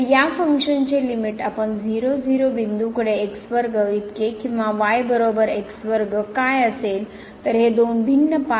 तर या फंक्शनचे लिमिट आपण 0 0 बिंदूकडे x वर्ग इतके किंवा y बरोबर x वर्ग काय असेल तर हे दोन भिन्न पाथ